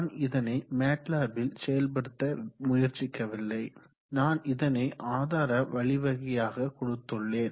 நான் இதனை மேட்லேப்பில் செயல்படுத்த முயற்சிக்கவில்லை நான் இதனை ஆதார வழிவகையாக கொடுத்துள்ளேன்